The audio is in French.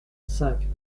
cinq